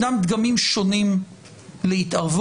יש דגמים שונים להתערבות,